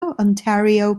ontario